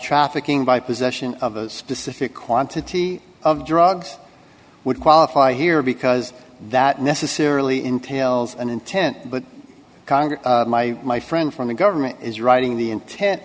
trafficking by possession of a specific quantity of drugs would qualify here because that necessarily entails an intent but congress my my friend from the government is writing the intent